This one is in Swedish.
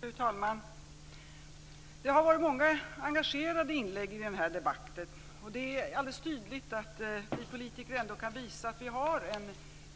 Fru talman! Det har varit många engagerade inlägg i den här debatten, och det är alldeles tydligt att vi politiker ändå kan visa att vi har